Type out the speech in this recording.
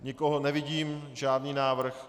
Nikoho nevidím, žádný návrh.